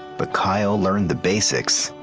but kyle learned the basics.